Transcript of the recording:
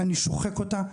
אני שוחק אותה,